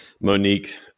Monique